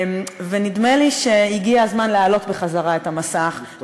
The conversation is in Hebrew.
ונדמה לי שהגיע הזמן להעלות בחזרה את המסך, טוב.